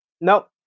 Nope